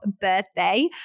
birthday